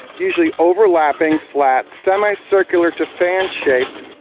usually overlapping, flat, semi-circular to fan-shaped,